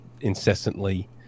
incessantly